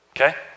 okay